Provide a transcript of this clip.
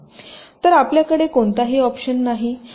तर आपल्याकडे कोणताही ऑपशन नाही